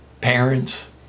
Parents